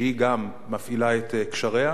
שהיא גם מפעילה את קשריה.